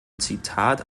zitat